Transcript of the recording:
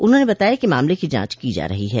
उन्होंने बताया कि मामले की जांच की जा रही है